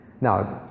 Now